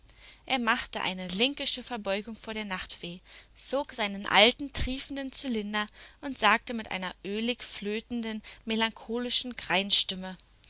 er machte eine linkische verbeugung vor der nachtfee zog seinen alten triefenden zylinder und sagte mit einer ölig flötenden melancholischen